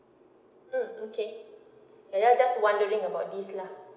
mm okay like that just wondering about this lah